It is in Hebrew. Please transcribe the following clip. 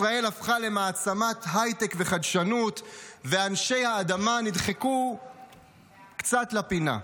ישראל הפכה למעצמת הייטק וחדשנות ואנשי האדמה נדחקו קצת לפינה,